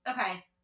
Okay